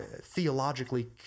theologically